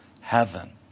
heaven